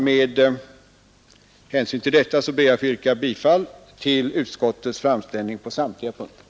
Med hänvisning till vad jag anfört, ber jag att få yrka bifall till utskottets hemställan på samtliga punkter.